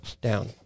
down